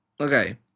okay